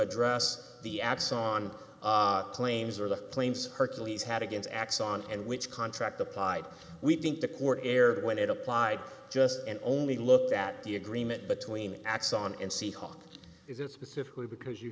address the apps on claims or the planes hercules had against axon and which contract applied we think the court erred when it applied just and only looked at the agreement between axon and seahawk is it specifically because you